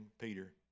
Peter